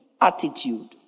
attitude